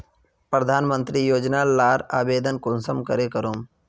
प्रधानमंत्री योजना लार आवेदन कुंसम करे करूम?